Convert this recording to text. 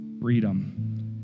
Freedom